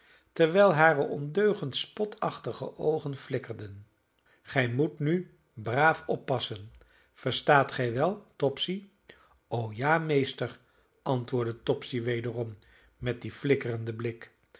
terwijl hare ondeugend spotachtige oogen flikkerden gij moet nu braaf oppassen verstaat gij wel topsy o ja meester antwoordde topsy wederom met dien flikkerenden blik